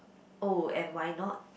oh and why not